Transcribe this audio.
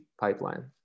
pipeline